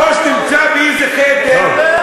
הראש נמצא באיזה חדר, לא.